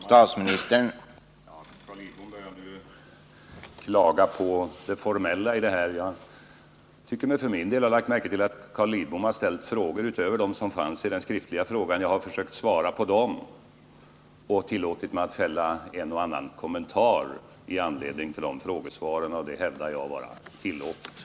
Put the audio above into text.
Herr talman! Carl Lidbom börjar nu klaga på det formella i denna debatt. Carl Lidbom har ställt fler frågor än de som fanns i den skriftliga frågan. Jag har försökt svara på dem och har tillåtit mig att göra en och annan kommentar i anledning av dessa frågesvar, och jag hävdar att detta är tillåtet.